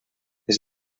les